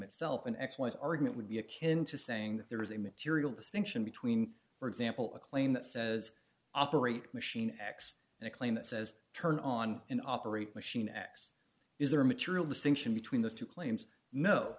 itself an excellent argument would be akin to saying that there is a material distinction between for example a claim that says operate machine x and claim it says turn on an operate machine x is there a material distinction between those two claims no